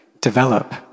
develop